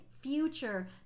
future